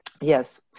yes